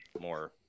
more